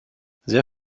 sehr